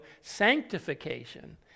sanctification